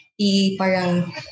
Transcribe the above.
i-parang